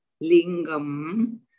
lingam